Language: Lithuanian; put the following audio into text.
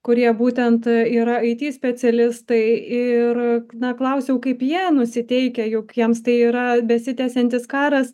kurie būtent yra it specialistai ir na klausiau kaip jie nusiteikę juk jiems tai yra besitęsiantis karas